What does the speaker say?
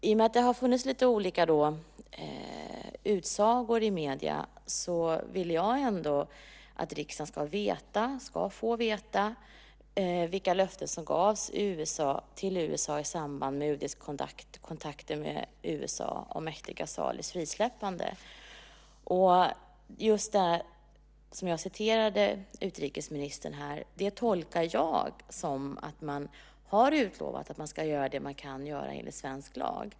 I och med att det har funnits lite olika utsagor i medierna vill jag att riksdagen ska få veta vilka löften som gavs till USA i samband med UD:s kontakter med USA om Mehdi Ghezalis frisläppande. Jag tolkar det som jag citerade att utrikesministern har sagt så att man har utlovat att man ska göra det man kan göra enligt svensk lag.